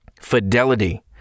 Fidelity